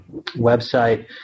website